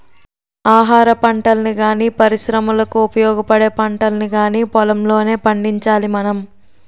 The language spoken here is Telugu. ఆహారపంటల్ని గానీ, పరిశ్రమలకు ఉపయోగపడే పంటల్ని కానీ పొలంలోనే పండించాలి మనం